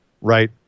Right